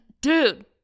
Dude